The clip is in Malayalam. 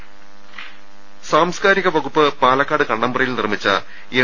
് സാംസ്കാരിക വകുപ്പ് പാലക്കാട്ട് കണ്ണമ്പ്രയിൽ നിർമ്മിച്ച എം